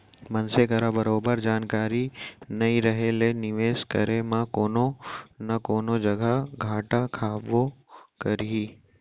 मनसे करा बरोबर जानकारी नइ रहें ले निवेस करे म कोनो न कोनो जघा घाटा खाबे करही